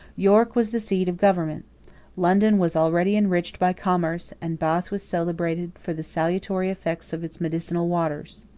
york was the seat of government london was already enriched by commerce and bath was celebrated for the salutary effects of its medicinal waters.